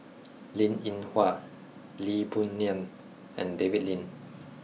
Linn In Hua Lee Boon Ngan and David Lim